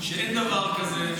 שאין דבר כזה,